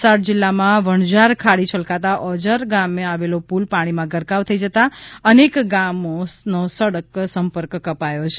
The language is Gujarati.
વલસાડ જિલ્લામાં વણજાર ખાડી છલકાતા ઓજર ગામે આવેલો પુલ પાણીમાં ગરકાવ થઈ જતાં અનેક ગામનો સડક સંપર્ક કપાયો છે